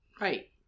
Right